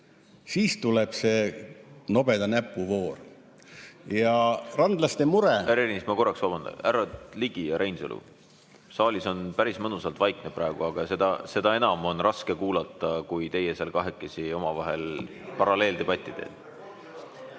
siis tuleb see nobedate näppude voor ja randlaste ... Härra Ernits, ma korraks vabandan. Härrad Ligi ja Reinsalu, saalis on päris mõnusalt vaikne praegu, aga seda enam on raske kuulata, kui teie seal kahekesi omavahel paralleeldebatti peate.